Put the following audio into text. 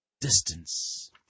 distance